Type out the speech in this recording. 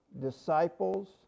disciples